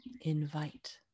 invite